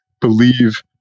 believe